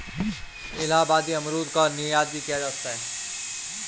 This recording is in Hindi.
इलाहाबादी अमरूद का निर्यात भी किया जाता है